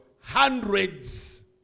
Hundreds